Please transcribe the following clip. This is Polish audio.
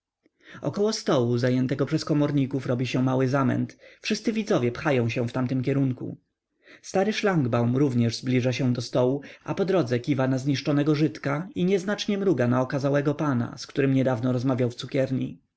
około stołu zajętego przez komorników robi się mały zamęt wszyscy widzowie pchają się w tamtym kierunku stary szlangbaum również zbliża się do stołu a po drodze kiwa na zniszczonego żydka i nieznacznie mruga na okazałego pana z którym niedawno rozmawiał w cukierni